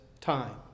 time